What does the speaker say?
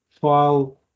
file